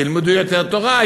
תלמדו יותר תורה,